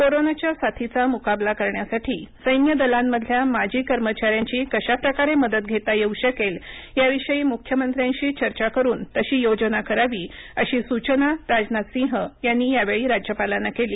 कोरोनाच्या साथीचा मुकाबला करण्यासाठी सैन्य दलांमधल्या माजी कर्मचाऱ्यांची कशाप्रकारे मदत घेता येऊ शकेल याविषयी मुख्यमंत्र्यांशी चर्चा करून तशी योजना करावी अशी सूचना राजनाथसिंह यांनी यावेळी राज्यपालांना केली